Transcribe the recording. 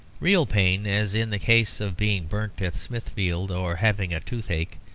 real pain, as in the case of being burnt at smithfield or having a toothache,